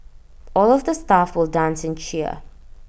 all of the staff will dance and cheer